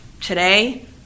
Today